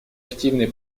активной